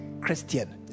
christian